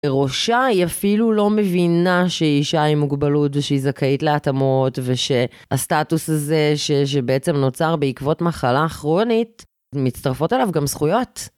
בראשה היא אפילו לא מבינה שהיא אישה עם מוגבלות ושהיא זכאית להתאמות ושהסטטוס הזה שבעצם נוצר בעקבות מחלה כרונית מצטרפות אליו גם זכויות.